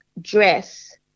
dress